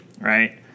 right